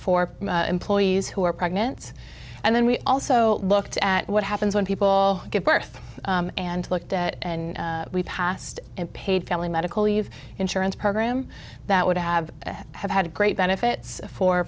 for employees who are pregnant and then we also looked at what happens when people give birth and looked at and passed and paid family medical leave insurance program that would have it have had a great benefits for